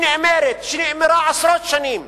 שנאמרת, שנאמרה עשרות שנים.